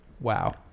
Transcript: Wow